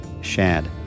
Shad